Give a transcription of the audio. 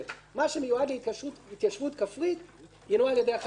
מה שמיועד להתיישבות כפרית ינוהל על-ידי החטיבה,